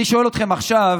אני שואל אתכם עכשיו,